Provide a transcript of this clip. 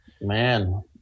man